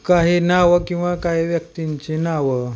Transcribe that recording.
काही नावं किंवा काही व्यक्तींची नावं